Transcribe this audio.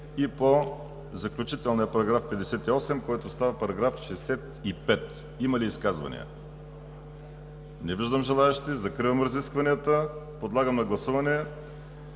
и по заключителния § 58, който става § 65? Има ли изказвания? Не виждам желаещи. Закривам разискванията. Подлагам на гласуване